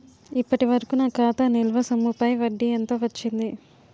ఇప్పటి వరకూ నా ఖాతా నిల్వ సొమ్ముపై వడ్డీ ఎంత వచ్చింది?